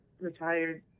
retired